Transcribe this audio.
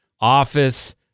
office